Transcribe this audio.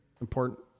Important